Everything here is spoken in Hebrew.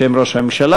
בשם ראש הממשלה.